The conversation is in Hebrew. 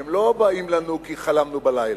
הן לא באות לנו כי חלמנו בלילה.